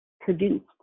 produced